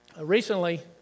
recently